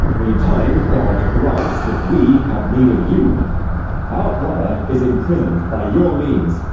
meantime, god grants that we have need of you our brother is imprison'd by your means,